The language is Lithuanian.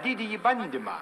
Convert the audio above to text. didįjį bandymą